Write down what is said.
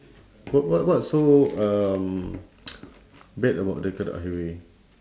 wh~ wh~ what's so um bad about the karak highway